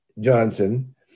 Johnson